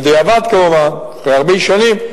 בדיעבד כמובן, אחרי הרבה שנים,